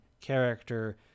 character